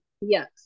Yes